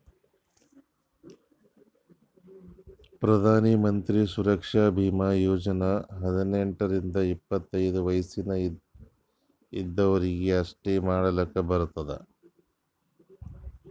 ಪ್ರಧಾನ್ ಮಂತ್ರಿ ಸುರಕ್ಷಾ ಭೀಮಾ ಯೋಜನಾ ಹದ್ನೆಂಟ್ ರಿಂದ ಎಪ್ಪತ್ತ ವಯಸ್ ಇದ್ದವರೀಗಿ ಅಷ್ಟೇ ಮಾಡ್ಲಾಕ್ ಬರ್ತುದ